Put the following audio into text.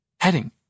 Heading